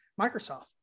Microsoft